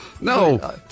No